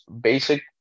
basic